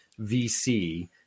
VC